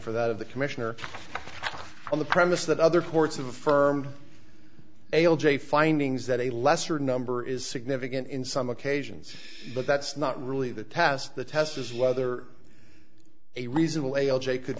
for that of the commissioner on the premise that other courts of the firm able j findings that a lesser number is significant in some occasions but that's not really the task the test is whether a reasonable a l j could